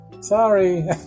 Sorry